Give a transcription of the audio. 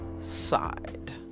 side